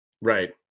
Right